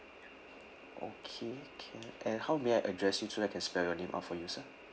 okay can and how may I address you so I can spell your name out for you sir